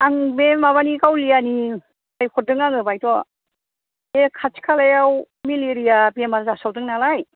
आं बे माबानि गावलियानिफ्राय हरदों आङो बायद' बे खाथि खालायाव मेलेरिया बेमार जासावदोंनालाय